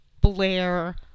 Blair